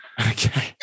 Okay